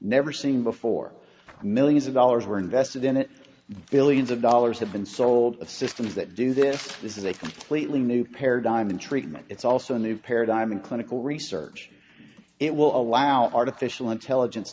never seen before millions of dollars were invested in it billions of dollars have been sold systems that do this this is a fleetly new paradigm in treatment it's also a new paradigm in clinical research it will allow artificial intelligence